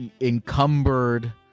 encumbered